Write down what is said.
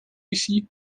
ici